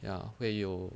ya 会有